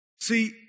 See